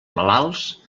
malalts